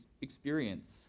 experience